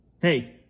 Hey